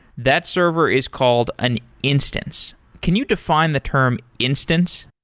that server is called an instance. can you define the term instance?